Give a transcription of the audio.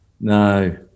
No